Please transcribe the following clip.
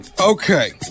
Okay